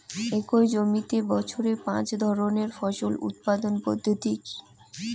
একই জমিতে বছরে পাঁচ ধরনের ফসল উৎপাদন পদ্ধতি কী?